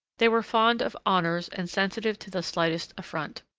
they were fond of honours and sensitive to the slightest affront.